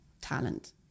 talent